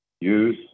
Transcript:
use